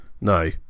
no